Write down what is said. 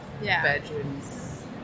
bedrooms